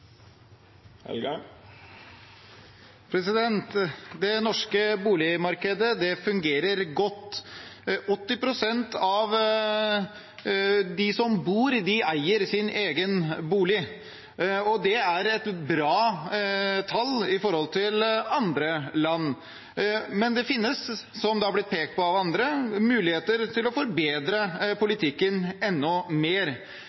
Det norske boligmarkedet fungerer godt. 80 pst. av de som bor, eier sin egen bolig, og det er et bra tall i forhold til andre land. Men det finnes, som andre har pekt på, muligheter til å forbedre politikken enda mer.